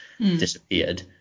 disappeared